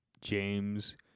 James